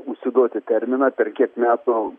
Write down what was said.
užsiduoti terminą per kiek metų